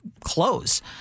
close